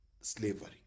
slavery